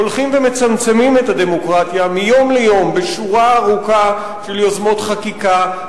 הולכים ומצמצמים את הדמוקרטיה מיום ליום בשורה ארוכה של יוזמות חקיקה,